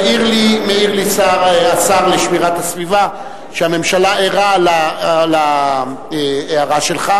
מעיר לי השר לשמירת הסביבה שהממשלה ערה להערה שלך,